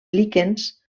líquens